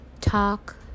talk